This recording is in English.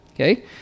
Okay